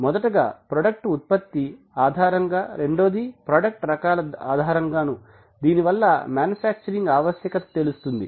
మొదటగా ప్రాడక్ట్ ఉత్పత్తి ఆధారంగా రెండోది ప్రాడక్ట్ రకాల ఆధారంగానూ దీనివల్ల మాన్యుఫ్యాక్చరింగ్ ఆవశ్యకత తెలుస్తుంది